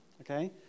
Okay